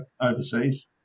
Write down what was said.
overseas